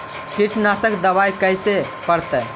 कीटनाशक दबाइ कैसे पड़तै है?